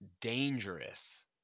dangerous